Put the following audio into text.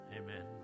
Amen